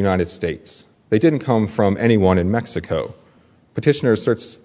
united states they didn't come from anyone in mexico petitioner's starts